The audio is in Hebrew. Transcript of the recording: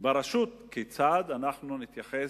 ברשות כיצד אנחנו נתייחס,